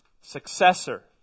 successor